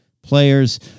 Players